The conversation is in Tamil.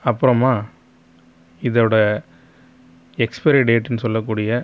அப்புறம் இதோடய எக்ஸ்பயரி டேட்டுன்னு சொல்லக்கூடிய